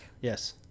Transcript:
yes